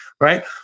Right